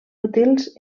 útils